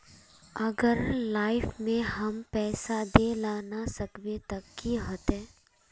अगर लाइफ में हम पैसा दे ला ना सकबे तब की होते?